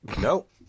Nope